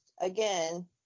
again